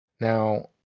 Now